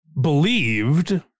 believed